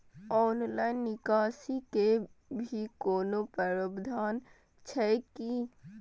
Online निकासी के भी कोनो प्रावधान छै की?